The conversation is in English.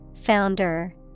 Founder